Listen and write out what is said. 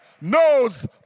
knows